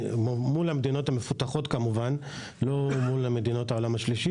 מול המדינות המפותחות כמובן ולא מול מדינות העולם השלישי.